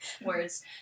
words